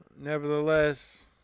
nevertheless